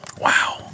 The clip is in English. Wow